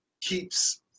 keeps